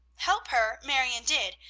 help her marion did,